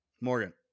Morgan